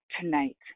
tonight